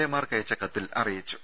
എമാർക്ക് അയച്ച കത്തിൽ അറിയിച്ചു